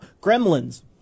Gremlins